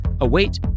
await